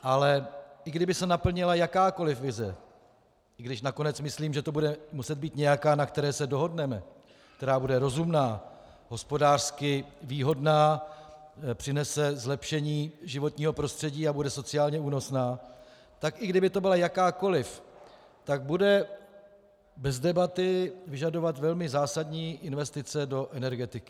Ale i kdyby se naplnila jakákoli vize, i když nakonec myslím, že to bude muset být nějaká, na které se dohodneme, která bude rozumná, hospodářsky výhodná, přinese zlepšení životního prostředí a bude sociálně únosná, tak i kdyby to byla jakákoliv, tak bude bez debaty vyžadovat velmi zásadní investice do energetiky.